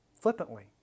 flippantly